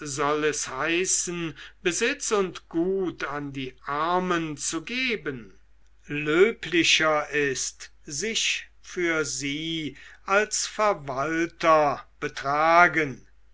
es heißen besitz und gut an die armen zu geben löblicher ist sich für sie als verwalter betragen